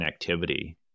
connectivity